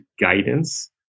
guidance